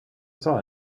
saw